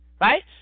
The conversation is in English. Right